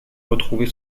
retrouver